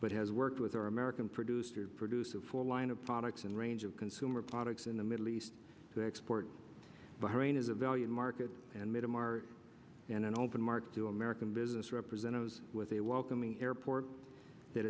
but has worked with our american producer producer for line of products and range of consumer products in the middle east to export bahrain as a valued market and made a more than an open market to american business represent those with a welcoming airport that